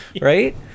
right